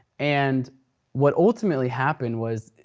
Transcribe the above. and what ultimately happened was